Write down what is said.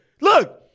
Look